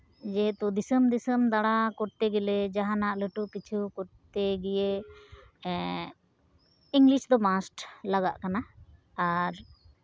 ᱡᱮᱦᱮᱛᱩ ᱫᱤᱥᱚᱢ ᱫᱤᱥᱚᱱ ᱫᱟᱬᱟ ᱠᱚᱛᱛᱮ ᱜᱮᱞᱮ ᱡᱟᱦᱟᱱᱟᱜ ᱞᱟᱹᱴᱩ ᱠᱤᱪᱷᱩ ᱠᱚᱛᱛᱮ ᱜᱤᱭᱮ ᱤᱝᱞᱤᱥ ᱫᱚ ᱢᱟᱥᱴ ᱞᱟᱜᱟᱜ ᱠᱟᱱᱟ ᱟᱨ